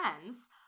friends